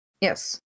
Yes